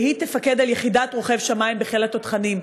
והיא תפקד על יחידת "רוכב שמים" בחיל התותחנים.